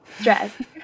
Stress